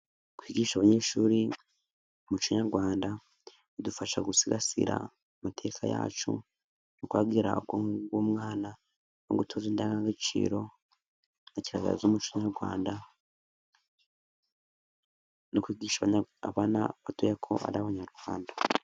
Kwigisha abanyeshuri mu muco nyarwanda bidufasha gusigasira amateka yacu. Kwagera umwana no gutoza indangagaciro z'umuco nyarwanda no kwigisha abatoya ko ari Abanyarwanda.